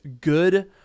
good